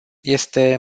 este